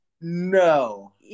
No